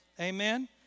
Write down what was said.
Amen